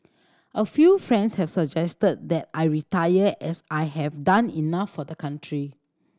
a few friends have suggested that I retire as I have done enough for the country